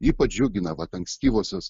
ypač džiugina vat ankstyvosios